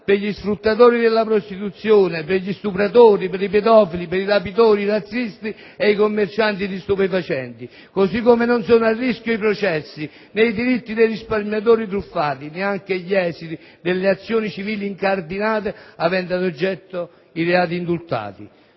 per gli sfruttatori della prostituzione, per gli stupratori, per i pedofili, per i rapitori, per i razzisti e per i commercianti di stupefacenti. Così come non sono a rischio i processi, né i diritti dei risparmiatori truffati, neanche gli esiti delle azioni civili incardinate aventi ad oggetto i reati indultati.